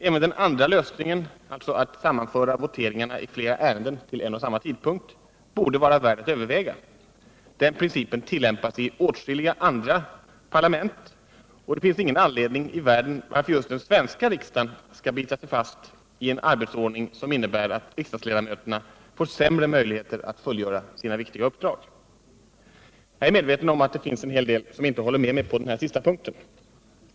Även den andra lösningen — att sammanföra voteringarna i flera ärenden till en och samma tidpunkt — borde vara värd att överväga. Den principen tillämpas i åtskilliga andra parlament, och det finns ingen anledning i världen att just den svenska riksdagen skall bita sig fast i en arbetsordning som innebär att riksdagsledamöterna får sämre möjligheter att fullgöra sina viktiga uppdrag. Jag är medveten om att det finns en del som inte håller med mig på den sista punkten.